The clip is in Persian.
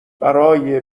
برای